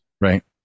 Right